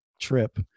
trip